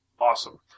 awesome